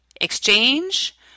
exchange